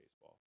baseball